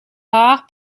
rare